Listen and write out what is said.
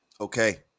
Okay